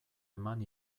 eman